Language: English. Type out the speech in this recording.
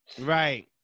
Right